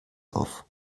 auf